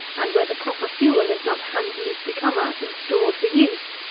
and where the proper fuel is not handily to be come at and stored for use,